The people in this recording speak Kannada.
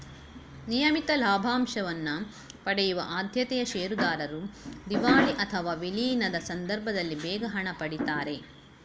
ನಿಯಮಿತ ಲಾಭಾಂಶವನ್ನ ಪಡೆಯುವ ಆದ್ಯತೆಯ ಷೇರುದಾರರು ದಿವಾಳಿ ಅಥವಾ ವಿಲೀನದ ಸಂದರ್ಭದಲ್ಲಿ ಬೇಗ ಹಣ ಪಡೀತಾರೆ